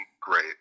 great